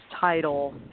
title